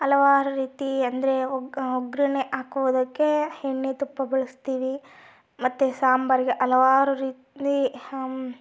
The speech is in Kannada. ಹಲವಾರು ರೀತಿ ಅಂದರೆ ಒಗ್ಗ ಒಗ್ಗರಣೆ ಹಾಕೋದಕ್ಕೆ ಎಣ್ಣೆ ತುಪ್ಪ ಬಳಸ್ತೀವಿ ಮತ್ತೆ ಸಾಂಬರಿಗೆ ಹಲವಾರು ರೀತಿ